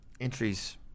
entries